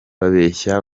bababeshya